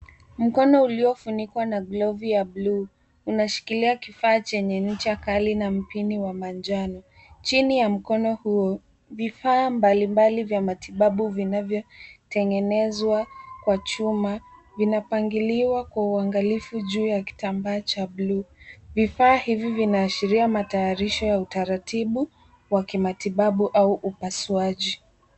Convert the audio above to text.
Mkono uliofunikwa na glovu ya blue unashikilia kifaa chenye nicha kali na mpini wa manjano. Chini ya mkono huo, vifaa mbalimbali vya matibabu vinavyotengenezwa kwa chuma vinapangiliwa kwa uangalifu juu ya kitambaa cha buluu. Vifaa hivi vinaashiria matayarisho ya utaratibu wa kimatibabu au upasuaji.